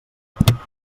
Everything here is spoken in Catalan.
incorrecta